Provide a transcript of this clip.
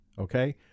okay